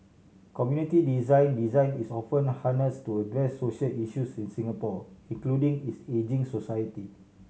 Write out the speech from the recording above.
community design Design is often harnessed to address social issues in Singapore including its ageing society